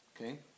Okay